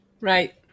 Right